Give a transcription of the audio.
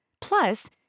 Plus